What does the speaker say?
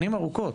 שנים ארוכות.